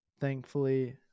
thankfully